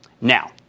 Now